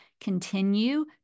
continue